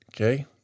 Okay